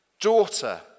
Daughter